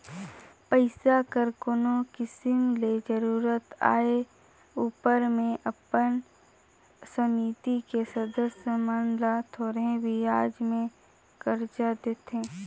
पइसा कर कोनो किसिम ले जरूरत आए उपर में अपन समिति के सदस्य मन ल थोरहें बियाज में करजा देथे